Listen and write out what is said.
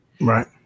Right